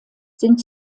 sind